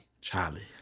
Charlie